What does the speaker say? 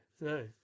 no